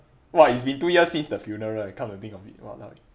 !wah! it's been two years since the funeral come to think of it !walao!